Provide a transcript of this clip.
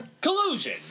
Collusion